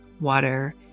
water